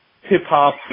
hip-hop